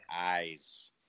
eyes